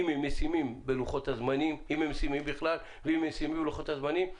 האם הם ישימים בכלל, האם הם ישימים בלוחות הזמנים.